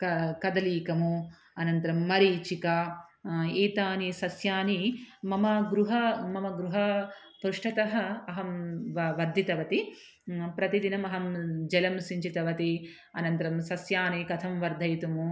क कदली अनन्तरं मरीचिका एतानि सस्यानि मम गृहं मम गृहं पृष्ठतः अहं व वर्धितवती प्रतिदिनं अहं जलं सिञ्चितवती अनन्तरं सस्यानि कथं वर्धयितम्